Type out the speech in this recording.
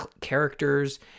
characters